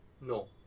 No